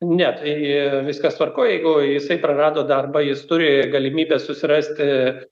ne tai viskas tvarkoj jeigu jisai prarado darbą jis turi galimybę susirasti